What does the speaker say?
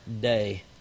day